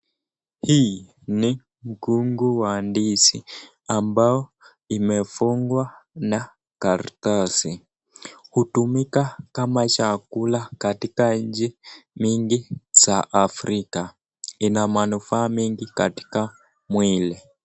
Hii ni mkungu wa ndizi ambao imefungwa na karatasi. Hutumika kama chakula katika nchi mingi za Africa. Ina manufaa mingi katika mwili.